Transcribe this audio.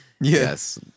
Yes